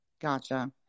Gotcha